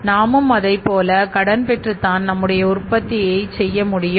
நாமும் அதைப் போல கடன் பெற்றுத்தான் நம்முடைய உற்பத்தி செய்ய முடியும்